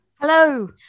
Hello